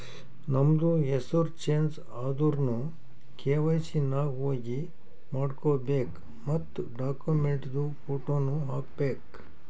ನಮ್ದು ಹೆಸುರ್ ಚೇಂಜ್ ಆದುರ್ನು ಕೆ.ವೈ.ಸಿ ನಾಗ್ ಹೋಗಿ ಮಾಡ್ಕೋಬೇಕ್ ಮತ್ ಡಾಕ್ಯುಮೆಂಟ್ದು ಫೋಟೋನು ಹಾಕಬೇಕ್